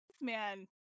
man